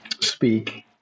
speak